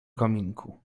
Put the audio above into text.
kominku